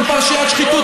עם פרשיית שחיתות,